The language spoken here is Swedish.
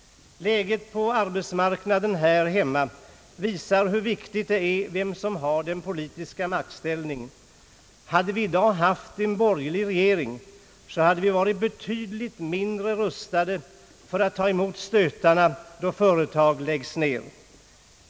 Läget på arbetsmarknaden här hemma visar hur viktigt det är vem som har den politiska makten. Hade vi i dag haft en borgerlig regering så hade vi varit betydligt mindre rustade för att ta emot stötarna då företag läggs ned.